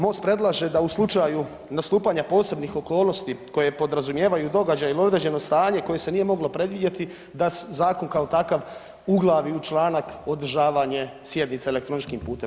Most predlaže da u slučaju nastupanja posebnih okolnosti koje podrazumijevaju događaj ili određeno stanje koje se nije moglo predvidjeti da zakon kao takav uglavi u članak održavanje sjednice elektroničkim putem.